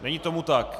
Není tomu tak.